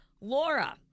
Laura